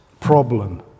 problem